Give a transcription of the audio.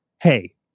Hey